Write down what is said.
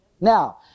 Now